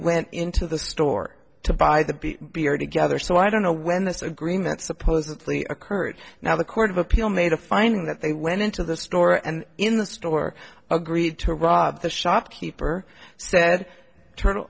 went into the store to buy the beer together so i don't know when this agreement supposedly occurred now the court of appeal made a finding that they went into the store and in the store agreed to rob the shopkeeper said